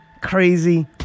crazy